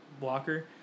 blocker